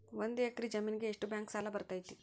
ಒಂದು ಎಕರೆ ಜಮೇನಿಗೆ ಎಷ್ಟು ಬ್ಯಾಂಕ್ ಸಾಲ ಬರ್ತೈತೆ?